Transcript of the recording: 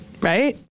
Right